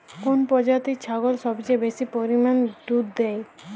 কোন প্রজাতির ছাগল সবচেয়ে বেশি পরিমাণ দুধ দেয়?